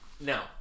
No